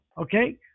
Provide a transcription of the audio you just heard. Okay